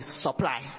supply